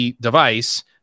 device